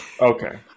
Okay